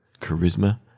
charisma